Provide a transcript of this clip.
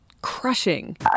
Crushing